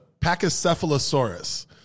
Pachycephalosaurus